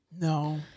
No